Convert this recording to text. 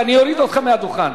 כי אני אוריד אותך מהדוכן.